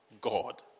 God